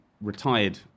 retired